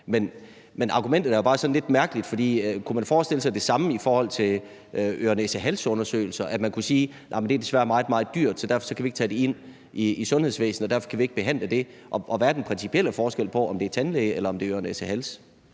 Men argumentet er jo bare sådan lidt mærkeligt, for kunne man forestille sig det samme i forhold til øre-næse-hals-undersøgelser – altså at man kunne sige, at det desværre er meget, meget dyrt, så derfor kan vi ikke tage det ind i sundhedsvæsenet, og derfor kan vi ikke behandle det? Og hvad er den principielle forskel på, om det er tandlæge, eller om det er øre-næse-hals-læge?